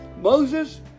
Moses